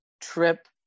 trip